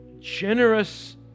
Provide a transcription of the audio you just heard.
generous